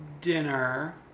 dinner